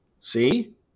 see